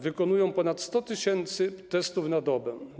Wykonują ponad 100 tys. testów na dobę.